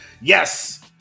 yes